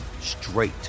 straight